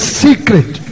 secret